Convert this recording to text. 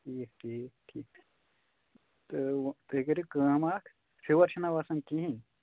ٹھیٖک ٹھیٖک ٹھیٖک تہٕ تُہۍ کٔرِو کٲم اَکھ فِوَر چھُ نا وَسان کِہیٖنۍ